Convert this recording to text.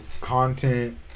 content